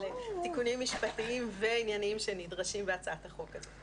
תיקונים משפטיים וענייניים שנדרשים בהצעת החוק הזאת.